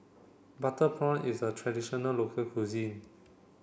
Butter Prawn is a traditional local cuisine